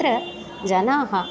अत्र जनाः